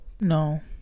No